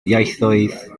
ieithoedd